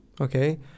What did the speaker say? Okay